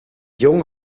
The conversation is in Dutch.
jongen